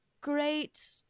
great